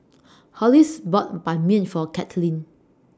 Hollis bought Ban Mian For Cathleen